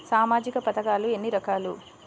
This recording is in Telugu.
సామాజిక పథకాలు ఎన్ని రకాలు?